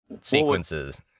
sequences